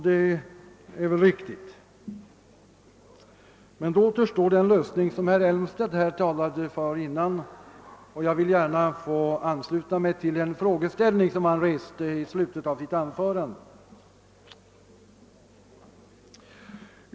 Det är väl riktigt. Men då återstår :den lösning som herr Elmstedt här talade för tidigare, och jag vill gärna få ansluta mig till den frågeställning han reste i slutet av sitt anförande.